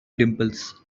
dimples